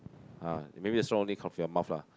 uh maybe the strong only come from your mouth lah